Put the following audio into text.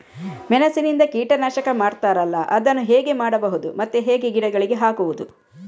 ಮೆಣಸಿನಿಂದ ಕೀಟನಾಶಕ ಮಾಡ್ತಾರಲ್ಲ, ಅದನ್ನು ಹೇಗೆ ಮಾಡಬಹುದು ಮತ್ತೆ ಹೇಗೆ ಗಿಡಗಳಿಗೆ ಹಾಕುವುದು?